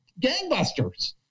gangbusters